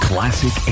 Classic